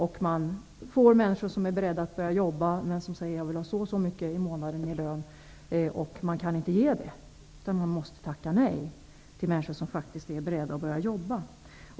Det kommer människor som är beredda att börja jobba, men de säger att de vill ha så och så mycket i månaden i lön och det kan man inte ge, utan måste tacka nej till människor som faktiskt är beredda att börja jobba.